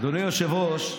אדוני היושב-ראש,